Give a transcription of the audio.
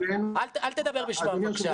אל תדבר בשמם, בבקשה.